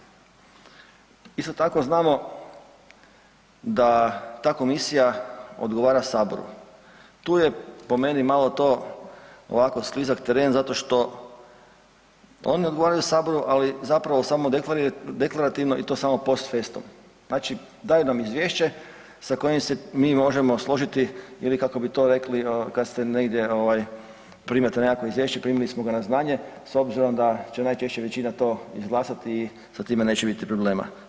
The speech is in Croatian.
Isto tako znamo da ta komisija odgovara Saboru, tu je po meni malo to ovako sklizak teren zato što oni odgovaraju Saboru, ali samo deklarativno i to samo post festum, znači daju nam izvješće sa kojim se mi možemo složiti ili kako bi to rekli kada ste negdje primate neko izvješće primili smo ga na znanje s obzirom da će najčešće većina to izglasat i sa time neće biti problema.